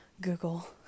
Google